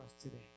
today